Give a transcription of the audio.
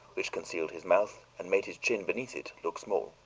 which concealed his mouth and made his chin, beneath it, look small.